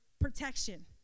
protection